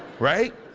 right?